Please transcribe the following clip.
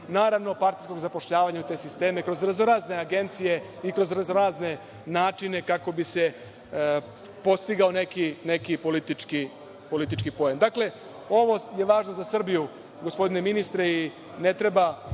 naravno, partijsko zapošljavanje u te sisteme kroz raznorazne agencije i kroz raznorazne načine kako bi se postigao neki politički poen. Dakle, ovo je važno za Srbiju, gospodine ministre, i ne treba